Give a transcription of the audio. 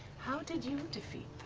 how did you defeat